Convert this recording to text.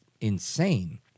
insane